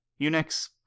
Unix